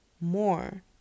more